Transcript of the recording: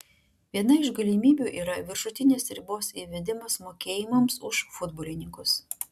viena iš galimybių yra viršutinės ribos įvedimas mokėjimams už futbolininkus